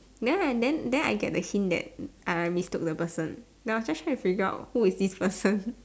then I then then I get the hint that I mistook the person now I was just try to figure out who is this person